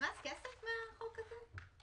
נכנס כסף מהחוק הזה?